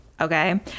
okay